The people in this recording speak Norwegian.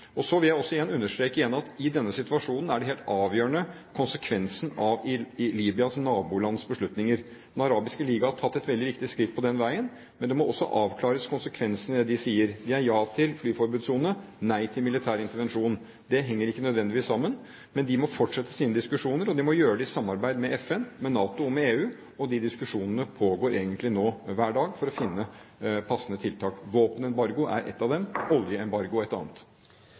Så vil jeg understreke igjen at i denne situasjonen er konsekvensen av Libyas nabolands beslutninger helt avgjørende. Den arabiske liga har tatt et veldig viktig skritt på den veien, men konsekvensen av det de sier, må også avklares. Det er ja til flyforbudssone, nei til militær intervensjon. Det henger ikke nødvendigvis sammen. Men de må fortsette sine diskusjoner, og de må gjøre det i samarbeid med FN, med NATO og med EU, og de diskusjonene pågår egentlig nå hver dag for å finne passende tiltak. Våpenembargo er ett av dem, oljeembargo et annet.